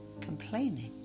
complaining